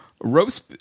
ropes